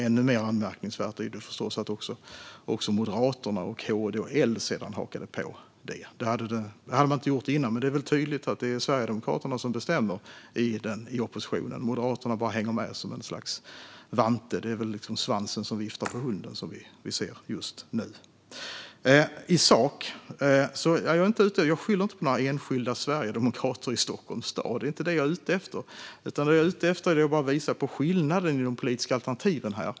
Ännu mer anmärkningsvärt är det att även Moderaterna, Kristdemokraterna och Liberalerna hakade på. Det hade de inte gjort förut, men det är tydligt att det är Sverigedemokraterna som bestämmer i oppositionen. Moderaterna hänger bara med som en vante. Det är väl svansen som viftar på hunden som vi ser just nu. I sak: Jag skyller inte på några enskilda sverigedemokrater i Stockholms stad; det är inte det jag är ute efter. Jag vill bara visa på skillnaden i de politiska alternativen.